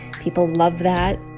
people love that